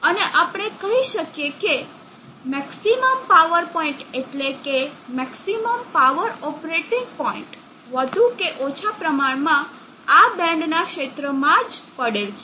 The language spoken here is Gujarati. અને આપણે કહી શકીએ કે મેક્સિમમ પાવર પોઇન્ટ એટલે કે મેક્સિમમ પાવર ઓપરેટિંગ પોઇન્ટ વધુ કે ઓછા પ્રમાણમાં આ બેન્ડના ક્ષેત્ર માં જ પડેલ છે